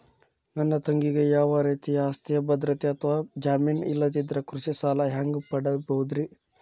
ನನ್ನ ತಂಗಿಗೆ ಯಾವ ರೇತಿಯ ಆಸ್ತಿಯ ಭದ್ರತೆ ಅಥವಾ ಜಾಮೇನ್ ಇಲ್ಲದಿದ್ದರ ಕೃಷಿ ಸಾಲಾ ಹ್ಯಾಂಗ್ ಪಡಿಬಹುದ್ರಿ?